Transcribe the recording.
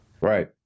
Right